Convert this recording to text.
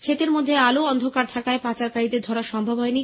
খেতের মধ্যে আলো অন্ধোকার থাকায় পাচারকারীদের ধরা সম্ভব হয়নি